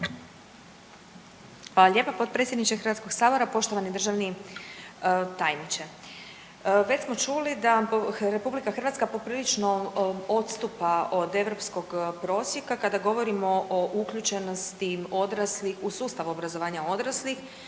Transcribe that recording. lijepa potpredsjedniče HS. Poštovani državni tajniče, već smo čuli da RH poprilično odstupa od europskog prosjeka kada govorimo o uključenosti odraslih, u sustav obrazovanja odraslih